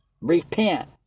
repent